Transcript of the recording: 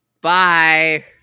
bye